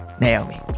Naomi